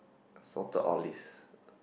I sorted all list